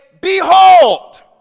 behold